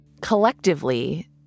Collectively